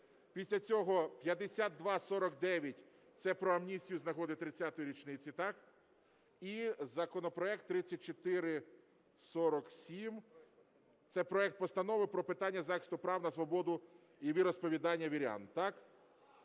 після цього 5249 - це про амністію з нагоди 30-ї річниці, так? І законопроект 3447. Це проект Постанови про питання захисту права на свободу і віросповідання вірян, так?